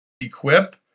equip